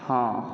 हॅं